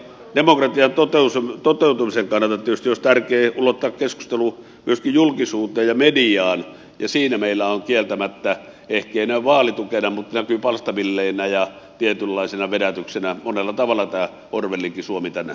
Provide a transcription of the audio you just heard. kansanvallan ja demokratian toteutumisen kannalta tietysti olisi tärkeää ulottaa keskustelu myöskin julkisuuteen ja mediaan ja siinä meillä näkyy kieltämättä monella tavalla ehkei vaalitukena mutta palstamilleinä ja tietynlaisena vedätyksenä tämä orwellinkin suomi tänään